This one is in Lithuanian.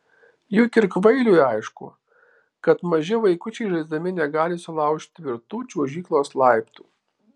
juk ir kvailiui aišku kad maži vaikučiai žaisdami negali sulaužyti tvirtų čiuožyklos laiptų